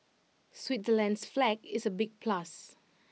Switzerland's flag is A big plus